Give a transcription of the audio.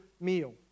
meal